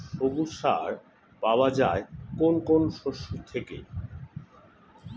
সবুজ সার পাওয়া যায় কোন কোন শস্য থেকে?